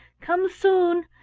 come soon!